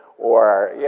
or,